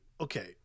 Okay